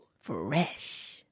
Fresh